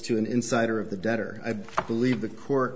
to an insider of the debtor i believe the court